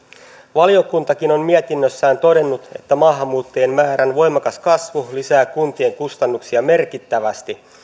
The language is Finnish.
valiokuntakin on mietinnössään todennut että maahanmuuttajien määrän voimakas kasvu lisää kuntien kustannuksia merkittävästi